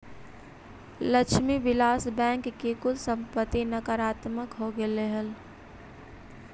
Lakshmi Vilas bank की कुल संपत्ति नकारात्मक हो गेलइ हल